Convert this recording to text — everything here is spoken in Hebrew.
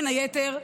בין היתר,